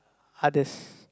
others